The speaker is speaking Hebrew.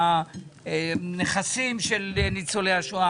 הנכסים של ניצולי השואה.